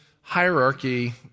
hierarchy